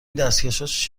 دستکش